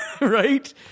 Right